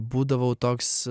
būdavau toks